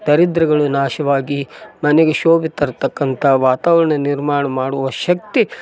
ದರಿದ್ರಗಳು ನಾಶವಾಗಿ ಮನೆಗೆ ಶೋಭೆ ತರ್ತಕ್ಕಂಥ ವಾತಾವರಣ ನಿರ್ಮಾಣ ಮಾಡುವ ಶಕ್ತಿ